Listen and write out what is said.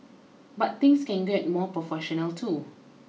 but things can get more professional too